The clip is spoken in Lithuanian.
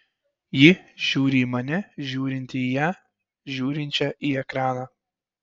ji žiūri į mane žiūrintį į ją žiūrinčią į ekraną